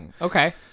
okay